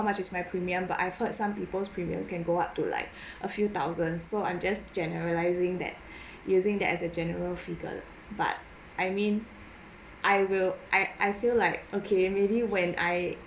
much is my premium but I've heard some people's premiums can go up to like a few thousand so I'm just generalizing that using that as a general figure but I mean I will I I feel like okay maybe when I